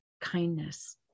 kindness